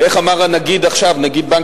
איך אמר עכשיו הנגיד,